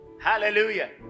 Hallelujah